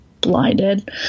blinded